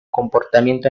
comportamiento